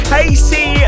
Casey